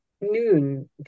noon